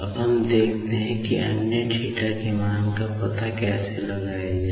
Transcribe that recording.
अब हम देखते हैं कि अन्य θ मान का पता कैसे लगाया जाए